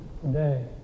today